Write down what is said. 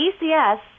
ECS